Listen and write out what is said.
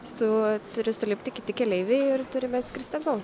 su turi sulipti kiti keleiviai ir turime skristi atgal